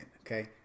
okay